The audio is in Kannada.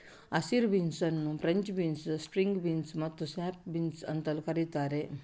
ಹಸಿರು ಬೀನ್ಸ್ ಅನ್ನು ಫ್ರೆಂಚ್ ಬೀನ್ಸ್, ಸ್ಟ್ರಿಂಗ್ ಬೀನ್ಸ್ ಮತ್ತು ಸ್ನ್ಯಾಪ್ ಬೀನ್ಸ್ ಅಂತಲೂ ಕರೀತಾರೆ